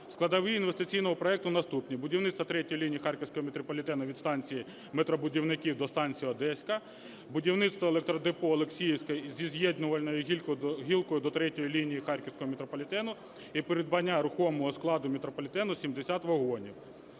Складові інвестиційного проекту наступні. Будівництво третьої лінії харківського метрополітену від станції "Метробудівників" до станції "Одеська", будівництво електродепо "Олексіївське" зі з'єднувальною гілкою до третьої лінії харківського метрополітену і придбання рухомого складу метрополітену 70 вагонів.